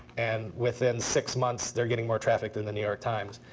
and within six months, they're getting more traffic than the new york times.